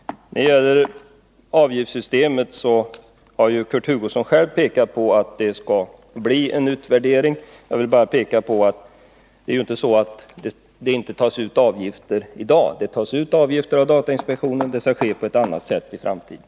När det gäller avgiftssystemet har ju Kurt Hugosson själv pekat på att det skall göras en utvärdering. Jag vill bara tillägga att det inte är så att avgifter inte tas ut i dag. Datainspektionen tar ut avgifter, men detta föreslås ske på ett annat sätt i framtiden.